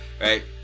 right